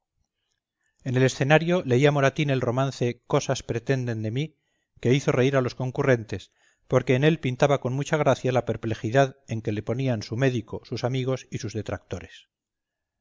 en el escenario leía moratín el romance cosas pretenden de mí que hizo reír a los concurrentes porque en él pintaba con mucha gracia la perplejidad en que le ponían su médico sus amigos y sus detractores